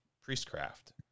priestcraft